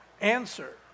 answer